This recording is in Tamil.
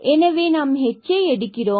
எனவே நாம் hஐ எடுக்கிறோம்